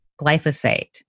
glyphosate